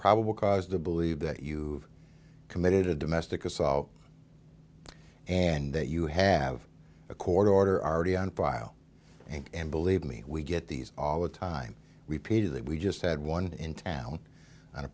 probable cause to believe that you committed a domestic assault and that you have a court order already on file and believe me we get these all the time repeated that we just had one in town and a